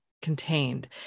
Contained